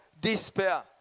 despair